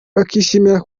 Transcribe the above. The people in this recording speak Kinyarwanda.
bakishimira